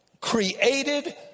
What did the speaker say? created